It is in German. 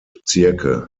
bezirke